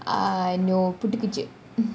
ah no புட்டுக்கிச்சி :puttukichi